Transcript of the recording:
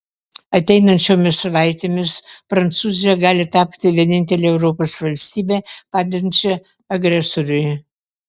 ateinančiomis savaitėmis prancūzija gali tapti vienintele europos valstybe padedančia agresoriui